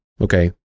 okay